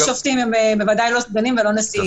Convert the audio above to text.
רוב השופטים הם בוודאי לא סגנים ולא נשיאים.